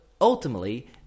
ultimately